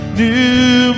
new